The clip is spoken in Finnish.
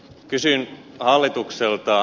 kysyn hallitukselta